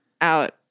out